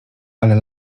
ale